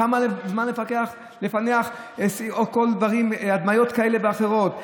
כמה זמן לוקח לפענח הדמיות כאלה ואחרות?